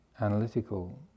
analytical